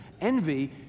Envy